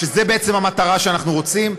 שזה בעצם המטרה שאנחנו רוצים,